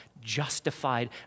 justified